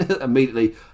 Immediately